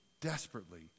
desperately